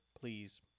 please